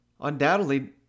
undoubtedly